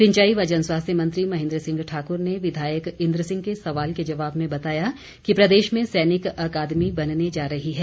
सिंचाई व जन स्वास्थ्य मंत्री महेंद्र सिंह ठाक्र ने विधायक इंद्र सिंह के सवाल के जवाब में बताया कि प्रदेश में सैनिक अकादमी बनने जा रही है